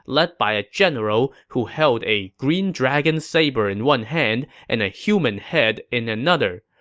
led by a general who held a green dragon saber in one hand and a human head in another.